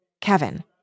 Kevin